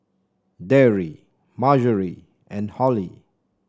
Darry Marjory and Holly